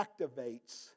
activates